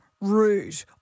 rude